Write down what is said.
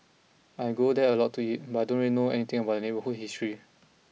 I go there a lot to eat but I don't really know anything about the neighbourhood's history